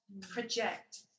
project